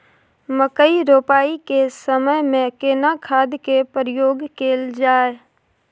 मकई रोपाई के समय में केना खाद के प्रयोग कैल जाय?